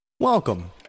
Welcome